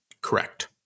Correct